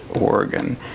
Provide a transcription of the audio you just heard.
Oregon